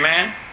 Amen